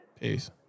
Peace